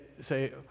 say